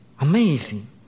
amazing